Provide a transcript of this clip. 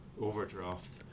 overdraft